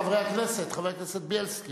חבר הכנסת בילסקי.